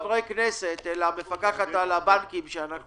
פנינו קבוצת חברי כנסת אל המפקחת על הבנקים שאנחנו